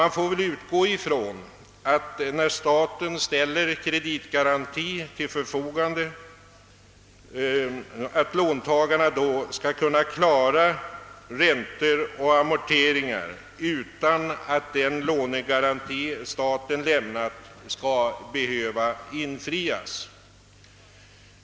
När staten ställer kreditgaranti till förfogande, får man väl utgå ifrån att låntagarna skall kunna klara räntor och amorteringar utan att den garanti staten lämnat skall behöva infrias.